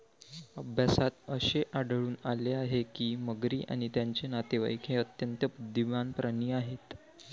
अभ्यासात असे आढळून आले आहे की मगरी आणि त्यांचे नातेवाईक हे अत्यंत बुद्धिमान प्राणी आहेत